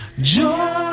joy